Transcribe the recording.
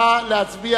נא להצביע.